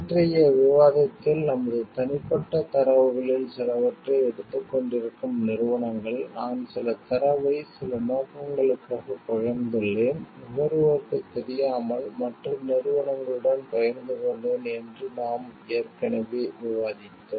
நேற்றைய விவாதத்தில் நமது தனிப்பட்ட தரவுகளில் சிலவற்றை எடுத்துக்கொண்டிருக்கும் நிறுவனங்கள் நான் சில தரவை சில நோக்கங்களுக்காகப் பகிர்ந்துள்ளேன் நுகர்வோருக்குத் தெரியாமல் மற்ற நிறுவனங்களுடன் பகிர்ந்து கொண்டேன் என்று நாம் ஏற்கனவே விவாதித்தோம்